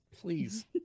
Please